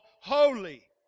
holy